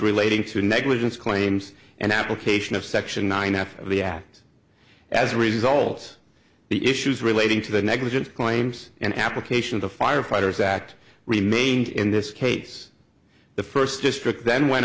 relating to negligence claims and application of section nine out of the act as a result of the issues relating to the negligence claims and application of the firefighters act remained in this case the first district then went